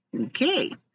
Okay